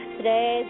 Today